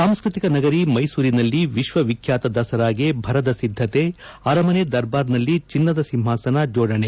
ಸಾಂಸ್ಟ್ರತಿಕ ನಗರಿ ಮೈಸೂರಿನಲ್ಲಿ ವಿಶ್ವ ವಿಖ್ಯಾತ ದಸರಾಗೆ ಭರದ ಸಿದ್ಧತೆ ಅರಮನೆ ದರ್ಬಾರ್ನಲ್ಲಿ ಚಿನ್ನದ ಸಿಂಹಾಸನ ಜೋಡಣೆ